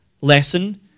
lesson